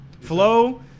Flow